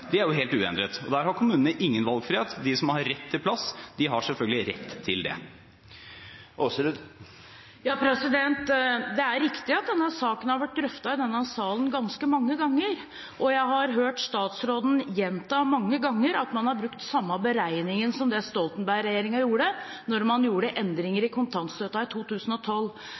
har selvfølgelig rett til det. Det er riktig at denne saken har vært drøftet i denne salen ganske mange ganger, og jeg har hørt statsråden gjenta mange ganger at man har brukt samme beregningen som det Stoltenberg-regjeringen gjorde da man gjorde endringer i kontantstøtten i 2012.